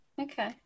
Okay